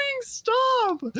Stop